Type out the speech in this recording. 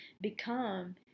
become